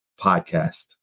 Podcast